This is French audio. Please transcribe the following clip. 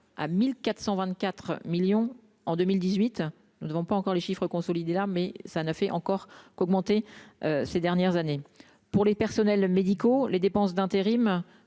à 1424 millions en 2018, nous ne devons pas encore les chiffres consolidés là mais ça ne fait encore qu'augmenter ces dernières années pour les personnels médicaux, les dépenses d'intérim